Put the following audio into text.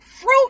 Fruit